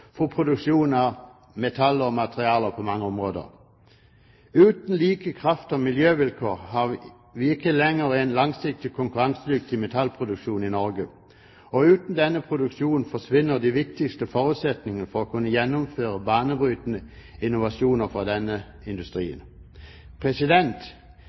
for produksjon av metaller og materialer på mange områder. Uten like kraft- og miljøvilkår har vi ikke lenger en langsiktig konkurransedyktig metallproduksjon i Norge. Uten denne produksjonen forsvinner de viktigste forutsetningene for å kunne gjennomføre banebrytende innovasjoner fra denne